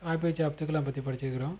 அபிஜே அப்துல்கலாம் பற்றி படிச்சிருக்கிறோம்